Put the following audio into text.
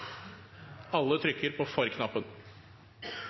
alle nå trykker på